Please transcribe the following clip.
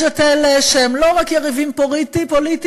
יש אלה שהם לא רק יריבים פוליטיים,